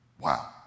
Wow